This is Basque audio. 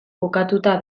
kokatuta